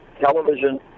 Television